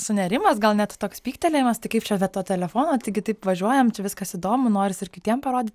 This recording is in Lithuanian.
sunerimas gal net toks pyktelėjimas tai kaip čia be to telefono taigi taip važiuojam čia viskas įdomu noris ir kitiem parodyt